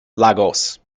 lagos